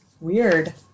weird